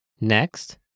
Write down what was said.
Next